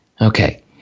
Okay